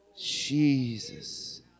Jesus